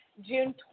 June